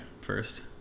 first